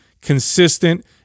consistent